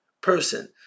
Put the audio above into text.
person